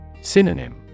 synonym